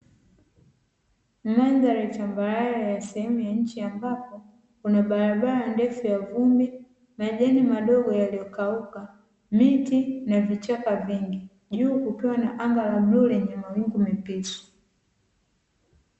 Mandhari tambarare yenye sehemu ya nchi ambapo kuna barabara ndefu ya vumbi, majani madogo yaliyokauka, miti na vichaka vingi, juu kukiwa na anga la bluu lenye mawingu mepesi.